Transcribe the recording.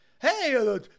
hey